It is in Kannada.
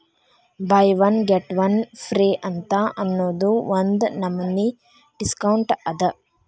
by one get one free ಅಂತ್ ಅನ್ನೂದು ಒಂದ್ ನಮನಿ ಡಿಸ್ಕೌಂಟ್ ಅದ